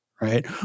right